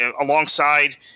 alongside